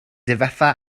difetha